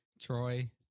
Troy